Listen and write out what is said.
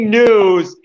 news